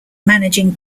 managing